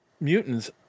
Mutants